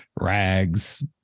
rags